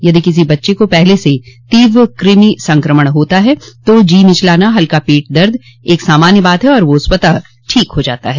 यदि किसी बच्चे को पहले से तीव्र कृमि संक्रमण होता है तो जी मिचलाना हल्का पेट दर्द एक सामान्य बात है और वह स्वतः ठीक हो जाता है